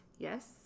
Yes